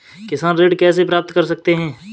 किसान ऋण कैसे प्राप्त कर सकते हैं?